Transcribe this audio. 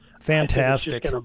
fantastic